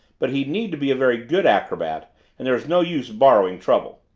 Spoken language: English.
but he'd need to be a very good acrobat and there's no use borrowing trouble.